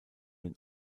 den